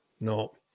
No